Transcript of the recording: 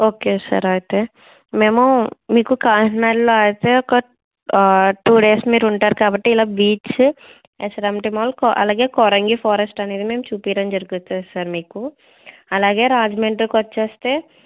okay sir అయితే మేము మీకు కాకినాడలో అయితే ఒక టూ డేస్ మీరు ఉంటారు కాబట్టి ఇలా బీచ్ ఎస్ఆర్ఎంటీ మాల్ అలాగే కోరంగి ఫారెస్ట్ అనేది మేము చూపించడం జరుగుతుంది సార్ మీకు అలాగే రాజమండ్రికి వచ్చేస్తే